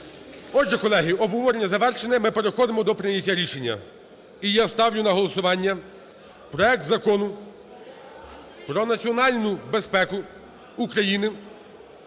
Отже, колеги, обговорення завершене, ми переходимо до прийняття рішення. І я ставлю на голосування проект Закону про національну безпеку України